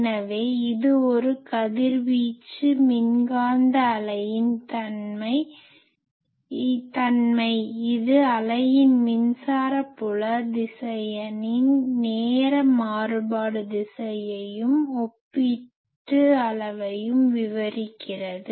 எனவே இது ஒரு கதிர்வீச்சு மின்காந்த அலையின் தன்மை இது அலையின் மின்சார புல திசையனின் நேர மாறுபடும் திசையையும் ஒப்பீட்டு அளவையும் விவரிக்கிறது